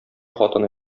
хатыны